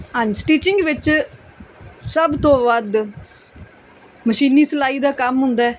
ਹਾਂਜੀ ਸਟਿਚਿੰਗ ਵਿੱਚ ਸਭ ਤੋਂ ਵੱਧ ਸ ਮਸ਼ੀਨੀ ਸਿਲਾਈ ਦਾ ਕੰਮ ਹੁੰਦਾ